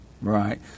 right